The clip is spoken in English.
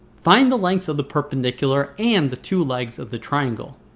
find the lengths of the perpendicular, and the two legs of the triangle.